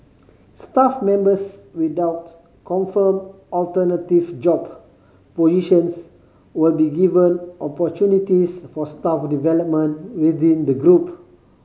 staff members without confirmed alternative job positions will be given opportunities for staff development within the group